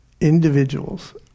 Individuals